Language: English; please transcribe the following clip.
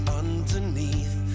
underneath